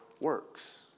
works